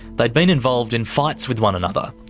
they'd been involved in fights with one another,